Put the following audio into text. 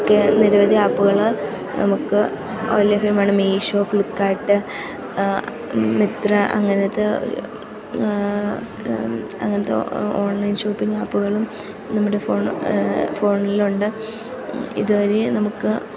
ഒക്കെ നിരവധി ആപ്പുകൾ നമുക്ക് ലഭ്യമാണ് മീഷോ ഫ്ലിപ്ക്കാട്ട് മിത്ര അങ്ങനത്തേ അങ്ങനത്തെ ഓൺലൈൻ ഷോപ്പിങ് ആപ്പുകളും നമ്മുടെ ഫോൺ ഫോണിലുണ്ട് ഇതു വഴി നമുക്ക്